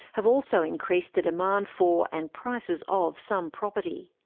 have also increased the demand for and prices of, some property.